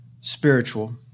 spiritual